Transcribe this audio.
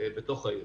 בתוך העיר.